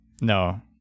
No